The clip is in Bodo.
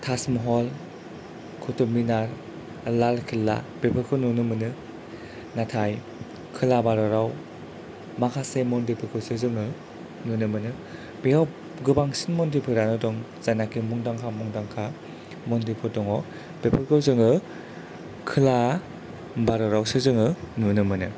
थाज महल कुतुबमिनार लालकिल्ला बेफोरखौ नुनो मोनो नाथाय खोला भारताव माखासे मन्दिरफोरखौसो जोङो नुनो मोनो बेयाव गोबांसिन मन्दिरफोरानो दं जायनाखि मुंदांखा मुंदांखा मन्दिरफोर दङ बेफोरखौ जोङो खोला भारतावसो जोङो नुनो मोनो